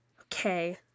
okay